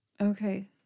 Okay